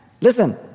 Listen